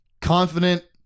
Confident